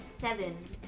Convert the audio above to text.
Seven